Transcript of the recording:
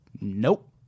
nope